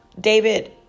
David